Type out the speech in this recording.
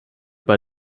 bei